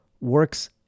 works